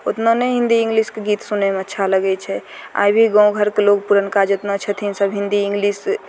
उतना नहि हिन्दी इंग्लिशके गीत सुनयमे अच्छा लगय छै आब ई गाँव घरके लोग पुरनका जितना छथिन सब हिन्दी इंग्लिश